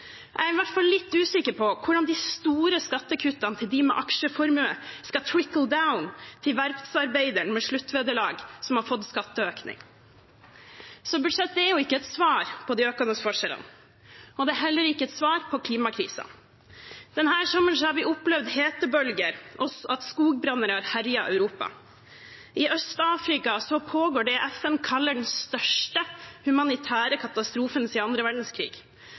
Jeg er i hvert fall litt usikker på hvordan de store skattekuttene til dem med aksjeformue skal «trickle down» til verftsarbeideren med sluttvederlag som har fått skatteøkning. Så budsjettet er ikke et svar på de økende forskjellene, og det er heller ikke et svar på klimakrisen. Denne sommeren har vi opplevd hetebølger og at skogbranner har herjet Europa. I Øst-Afrika pågår det FN kaller den største humanitære katastrofen siden annen verdenskrig,